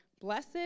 blessed